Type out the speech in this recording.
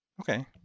Okay